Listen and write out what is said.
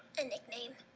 a nickname.